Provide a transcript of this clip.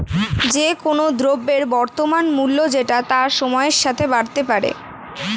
যে কোন দ্রব্যের বর্তমান মূল্য যেটা তা সময়ের সাথে বাড়তে পারে